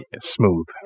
Smooth